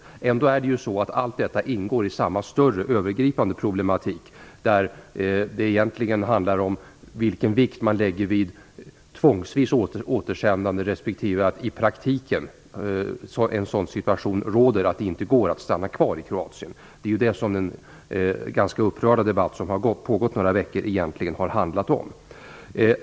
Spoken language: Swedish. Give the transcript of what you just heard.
Men allt detta ingår i samma större övergripande problematik, där det egentligen handlar om vilken vikt man lägger vid tvångsvis återsändande respektive vid att det i praktiken råder en sådan situation att det inte går att stanna kvar i Kroatien. Det är ju det som den ganska upprörda debatt som pågått i några veckor egentligen har handlat om.